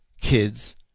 kids